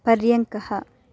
पर्यङ्कः